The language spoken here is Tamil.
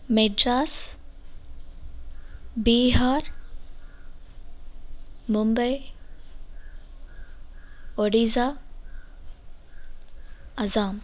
மெட்ராஸ் பீகார் மும்பை ஒடிஸா அசாம்